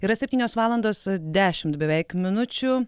yra septynios valandos dešimt beveik minučių